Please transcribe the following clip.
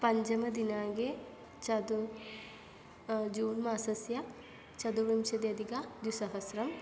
पञ्चमदिनाङ्के चतुर् जून् मासस्य चतुर्विंशत्यधिक द्विसहस्रम्